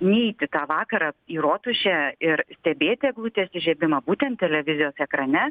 neiti tą vakarą į rotušę ir stebėti eglutės įžiebimą būtent televizijos ekrane